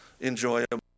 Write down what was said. enjoyable